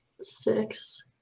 Six